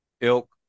ilk